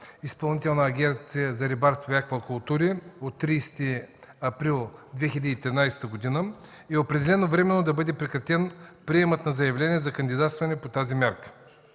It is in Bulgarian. Изпълнителната агенция по рибарство и аквакултури от 30 април 2013 г. е определено временно да бъде прекратен приемът на заявления за кандидатстване по тази мярка.